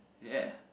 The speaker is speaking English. ya